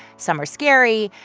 some are scary,